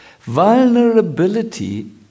Vulnerability